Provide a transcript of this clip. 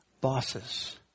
bosses